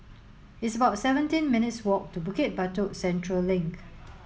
it's about seventeen minutes' walk to Bukit Batok Central Link